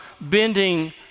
bending